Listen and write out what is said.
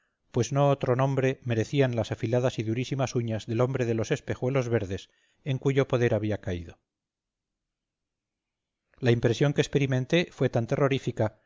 pues no otro nombre merecían las afiladas y durísimas uñas del hombre de los espejuelos verdes en cuyo poder había caído la impresión que experimenté fue tan terrorífica